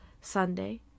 Sunday